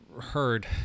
heard